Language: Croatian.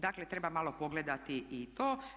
Dakle, treba malo pogledati i to.